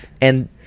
and-